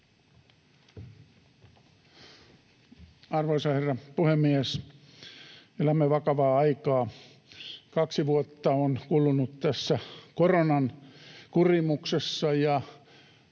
Arvoisa herra puhemies! Elämme vakavaa aikaa. Kaksi vuotta on kulunut tässä koronan kurimuksessa,